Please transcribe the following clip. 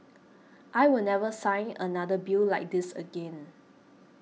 I will never sign another bill like this again